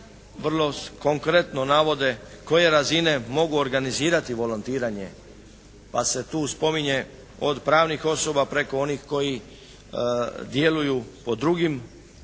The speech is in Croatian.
vrlo konkretno navode koje razine mogu organizirati volontiranje, pa se tu spominje od pravnih osoba preko onih koji djeluju po drugim